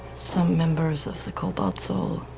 some members of the cobalt soul.